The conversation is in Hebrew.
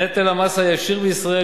נטל המס הישיר בישראל,